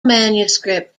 manuscript